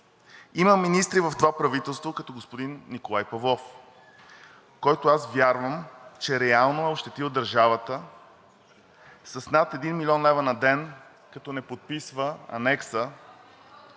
Има министри в това правителство, като господин Николай Павлов, за когото аз вярвам, че реално е ощетил държавата с над един милион лева на ден, като подписва анекса